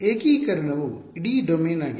ಏಕೀಕರಣವು ಇಡೀ ಡೊಮೇನ್ ಆಗಿದೆ